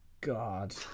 God